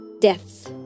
deaths